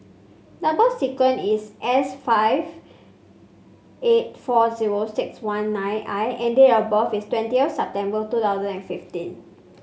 number sequence is S five eight four zero six one nine I and date of birth is twentieth September two thousand and fifty